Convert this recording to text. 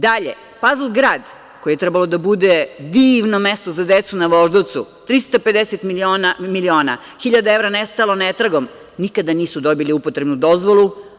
Dalje, „pazl grad“ koji je trebalo da bude divno mesto za decu na Voždovcu, 350 miliona, hiljade evra nestalo netragom, nikada nisu dobili upotrebnu dozvolu.